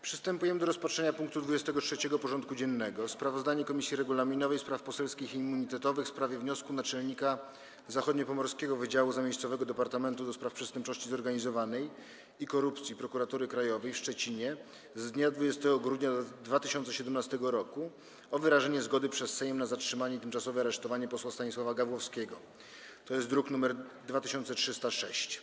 Przystępujemy do rozpatrzenia punktu 23. porządku dziennego: Sprawozdanie Komisji Regulaminowej, Spraw Poselskich i Immunitetowych w sprawie wniosku naczelnika Zachodniopomorskiego Wydziału Zamiejscowego Departamentu do Spraw Przestępczości Zorganizowanej i Korupcji Prokuratury Krajowej w Szczecinie z dnia 20 grudnia 2017 r. o wyrażenie zgody przez Sejm na zatrzymanie i tymczasowe aresztowanie posła Stanisława Gawłowskiego (druk nr 2306)